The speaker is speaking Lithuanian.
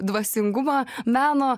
dvasingumą meno